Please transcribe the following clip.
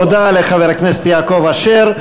תודה לחבר הכנסת יעקב אשר.